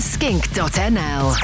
Skink.nl